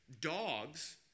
dogs